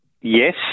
Yes